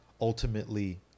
ultimately